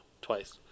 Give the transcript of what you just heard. Twice